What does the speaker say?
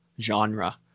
genre